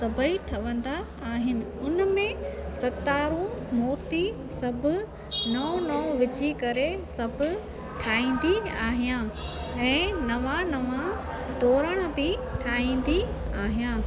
सभेई ठहंदा आहिनि हुन में सितारूं मोती सभु नओं नओं विझी करे सभु ठाहींदी आहियां ऐं नवां नवां तोरण बि ठाहींदी आहियां